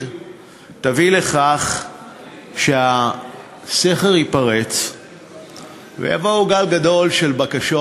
תביא לכך שהסכר ייפרץ ויבוא גל גדול של בקשות,